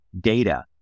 data